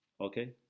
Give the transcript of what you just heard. okay